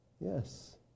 Yes